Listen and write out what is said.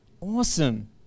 Awesome